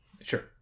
sure